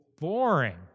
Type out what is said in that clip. boring